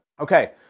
Okay